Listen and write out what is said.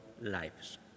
lives